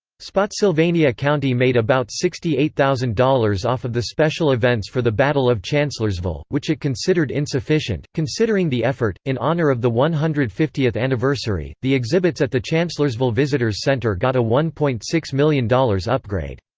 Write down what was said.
spotsylvania county made about sixty eight thousand dollars off of the special events for the battle of chancellorsville, which it considered insufficient, considering the effort in honor of the one hundred and fiftieth anniversary, the exhibits at the chancellorsville visitors center got a one point six million dollars upgrade.